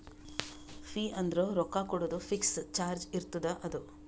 fee ಅಂದುರ್ ರೊಕ್ಕಾ ಕೊಡೋದು ಫಿಕ್ಸ್ ಚಾರ್ಜ್ ಇರ್ತುದ್ ಅದು